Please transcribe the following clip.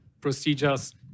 procedures